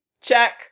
check